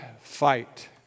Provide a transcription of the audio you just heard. fight